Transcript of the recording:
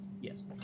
Yes